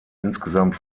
insgesamt